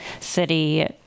city